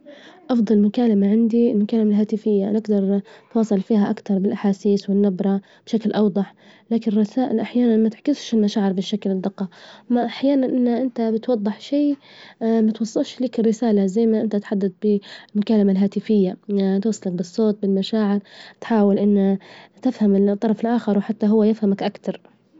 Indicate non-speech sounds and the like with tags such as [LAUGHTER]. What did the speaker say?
أفظل مكالمة عندي المكالمة الهاتفية، نجدر نتواصل فيها أكتر بالأحاسيس والنبرة بشكل أوضح، لكن الرسائل أحيانا ما تعكسش المشاعر بشكل وبدجة مع أحيانا إنه إنت بتوضح شي [HESITATION] ما توصلش لك الرسالة زي ما إنت تحدد بالمكالمة الهاتفية [HESITATION] توصلك بالصوت بالمشاعر تحأول إنه تفهم الطرف الآخر وحتى هو يفهمك أكتر.